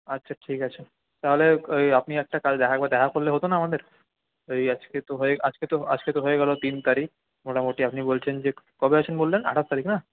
আচ্ছা ঠিক আছে তাহলে আপনি একটা কালকে একবার দেখা করলে হতো না আমাদের ওই আজকে তো হয়ে আজকে তো আজকে তো হয়ে গেলো তিন তারিখ মোটামুটি আপনি বলছেন যে কবে আছে বললেন আঠাশ তারিখ না